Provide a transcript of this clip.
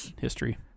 history